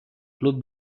club